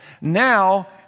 Now